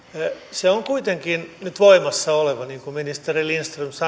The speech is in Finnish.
se on kuitenkin nyt voimassa oleva niin kuin ministeri lindström sanoi tällä mennään ja